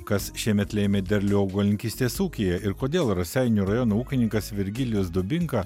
kas šiemet lėmė derlių augalininkystės ūkyje ir kodėl raseinių rajono ūkininkas virgilijus dubinka